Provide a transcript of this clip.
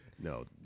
No